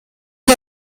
der